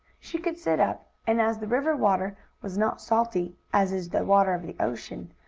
she could sit up, and, as the river water was not salty, as is the water of the ocean,